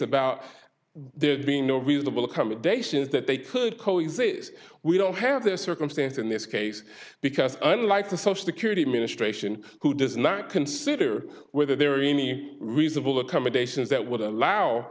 about the being no reasonable accommodations that they could co exist we don't have this circumstance in this case because unlike the source the curate administration who does not consider whether there are any reasonable accommodations that would allow